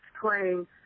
playing